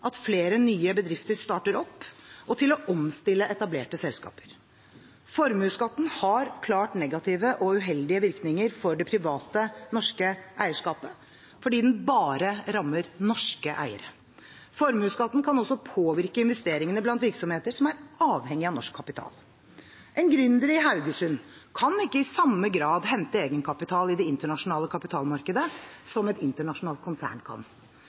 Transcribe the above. at flere nye bedrifter starter opp og til å omstille etablerte selskaper. Formuesskatten har klart negative og uheldige virkninger for det private norske eierskapet fordi den bare rammer norske eiere. Formuesskatten kan også påvirke investeringene blant virksomheter som er avhengig av norsk kapital. En gründer i Haugesund kan ikke i samme grad hente egenkapital i det internasjonale kapitalmarkedet som et internasjonalt konsern.